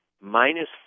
Minus